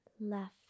left